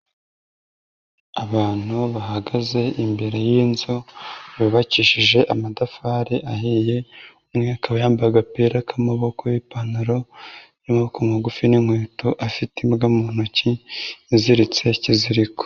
Abantu bahagaze imbere y'inzu yubakishije amatafari ahiye, umwe akaba yambaye agapira k'amaboko n'ipantaro y'amaboko magufi n'inkweto, afite imbwa mu ntoki iziritse ikiziriko.